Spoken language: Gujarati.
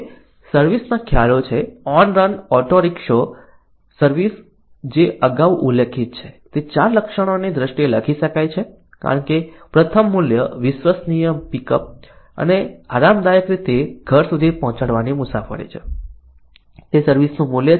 હવે સર્વિસ ના ખ્યાલો છે ઓનરન ઓટો રિકશો સર્વિસ જે અગાઉ ઉલ્લેખિત છે તે 4 લક્ષણોની દ્રષ્ટિએ લખી શકાય છે કારણ કે પ્રથમ મૂલ્ય વિશ્વસનીય પિક અપ અને આરામદાયક રીતે ઘર સુધી પોહચાડવાની મુસાફરી છે તે સર્વિસ નું મૂલ્ય છે